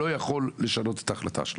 לא יכול לשנות את ההחלטה שלו.